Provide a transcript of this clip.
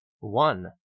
One